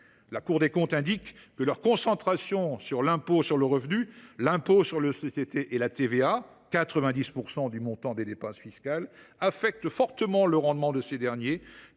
La Cour des comptes indique :« Leur concentration sur l’impôt sur le revenu, l’impôt sur les sociétés et la TVA (90 % du montant des dépenses fiscales) affecte fortement le rendement de ces derniers,